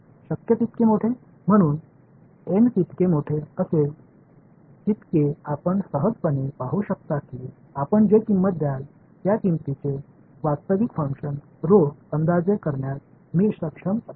शक्य तितके मोठे म्हणून एन जितके मोठे असेल तितके आपण सहजपणे पाहू शकता की आपण जे किंमत द्याल त्या किंमतीचे वास्तविक फंक्शन ऱ्हो अंदाजे करण्यास मी सक्षम असेल